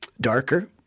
darker